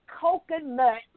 coconut